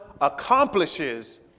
accomplishes